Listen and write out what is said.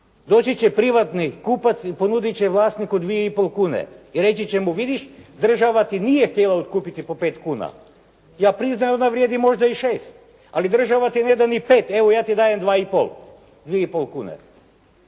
Doći će privatni kupac i ponudit će vlasniku 2,5 kuna i reći će vidiš država ti nije htjela otkupiti po 5 kuna. Ja priznam da vrijedi možda i 6 ali država ti neda ni 5. Evo ja ti dajem 2,5 kune.